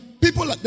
People